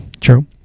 True